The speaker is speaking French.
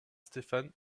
stefan